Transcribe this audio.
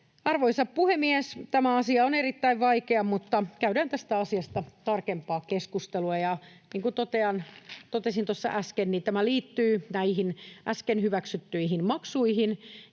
Arvoisa puhemies! Tämä asia on erittäin vaikea, mutta käydään tästä asiasta tarkempaa keskustelua. Niin kuin totesin tuossa äsken, tämä liittyy näihin äsken hyväksyttyihin maksuihin